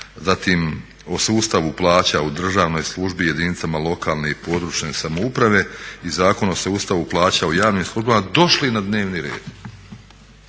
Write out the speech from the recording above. zatim o sustavu plaća u državnoj službi jedinicama lokalne i područne samouprave i Zakon o sustavu plaća u javnim službama došli na dnevni red.